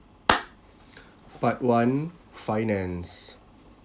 part one finance